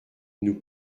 nous